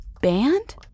band